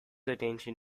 attention